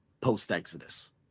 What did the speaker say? post-Exodus